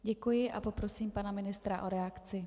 Děkuji a poprosím pana ministra o reakci.